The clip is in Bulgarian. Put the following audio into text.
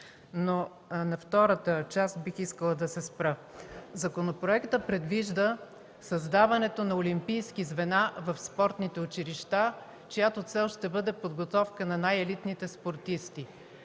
На втората част бих искала да се спра. Законопроектът предвижда създаването на олимпийски звена в спортните училища, чиято цел ще бъде подготовка на най-елитните спортисти.